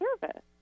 service